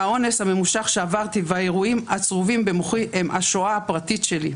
האונס הממושך שעברתי והאירועים הצרובים במוחי הם השואה הפרטית שלי,